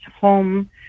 home